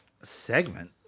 Segment